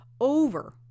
over